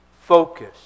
focus